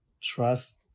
trust